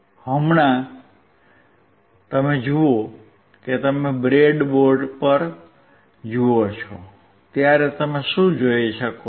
હમણાં તમે જુઓ કે તમે બ્રેડબોર્ડ પર જુઓ છો ત્યારે તમે શું જોઈ શકો છો